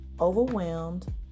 overwhelmed